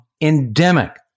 endemic